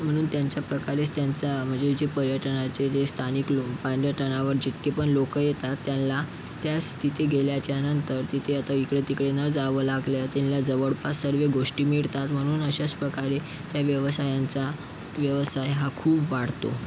म्हणून त्यांच्या प्रकारेच त्यांचा म्हणजे जे पर्यटनाचे जे स्थानिक लो पर्यटनावर जितके पण लोकं येतात त्यांना त्याच तिथे गेल्याच्यानंतर तिथे आता इकडे तिकडे नं जावं लागल्या त्यांना जवळपास सर्व गोष्टी मिळतात म्हणून अशाच प्रकारे त्या व्यवसायांचा व्यवयाय हा खूप वाढतो